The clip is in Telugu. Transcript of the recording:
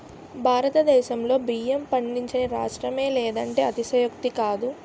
భారతదేశంలో బియ్యం పండించని రాష్ట్రమే లేదంటే అతిశయోక్తి కాదు